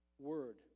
Word